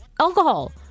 alcohol